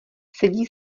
sedí